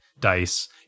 dice